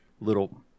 Little